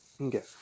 Okay